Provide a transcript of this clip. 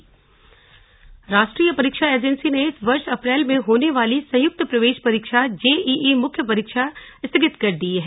JEE मुख्य परीक्षा राष्ट्रीय परीक्षा एजेंसी ने इस वर्ष अप्रैल में होने वाली संयुक्त प्रवेश परीक्षा जेईई मुख्य परीक्षा स्थगित कर दी है